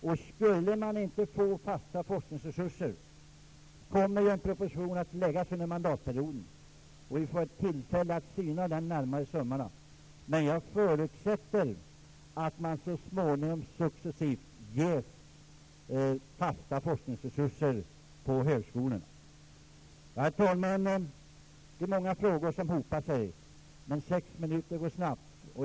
Får de fasta forskningsresurser? Kommer en proposition att läggas fram under mandatperioden så att vi får tillfälle att syna den närmare i sömmarna? Jag förutsätter att man så småningom successivt ger fasta forskningsresurser till högskolorna. Herr talman! Det är många frågor som hopar sig, men sex minuter går snabbt.